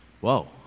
Whoa